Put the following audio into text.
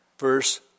Verse